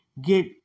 get